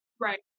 right